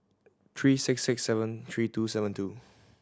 three six six seven three two seven two